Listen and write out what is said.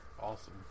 awesome